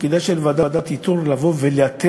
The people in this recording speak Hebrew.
תפקידה של ועדת איתור הוא לבוא ולאתר